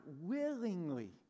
willingly